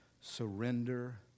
Surrender